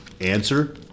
answer